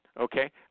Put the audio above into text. Okay